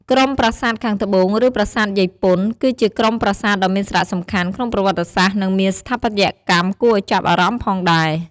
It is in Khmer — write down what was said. ក្រុមប្រាសាទខាងត្បូង ឬប្រាសាទយាយពន្ធ គឺជាក្រុមប្រាសាទដ៏មានសារៈសំខាន់ក្នុងប្រវត្តិសាស្ត្រនិងមានស្ថាបត្យកម្មគួរឲ្យចាប់អារម្មណ៍ផងដែរ។